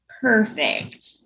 perfect